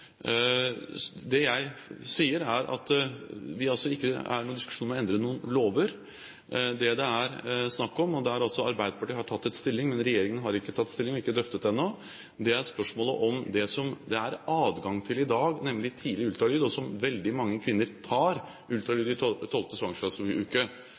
Det jeg sier, er at vi ikke er i en diskusjon om å endre noen lover. Det det er snakk om, og der Arbeiderpartiet altså har tatt stilling – men regjeringen har ikke tatt stilling og har ikke drøftet det ennå – er spørsmålet om det som det er adgang til i dag, nemlig tidlig ultralyd og som veldig mange kvinner tar, ultralyd i